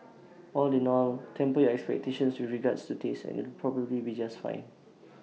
all in all temper your expectations with regards to taste and it'll probably be just fine